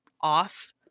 off